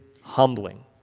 humbling